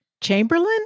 Chamberlain